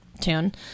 tune